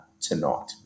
tonight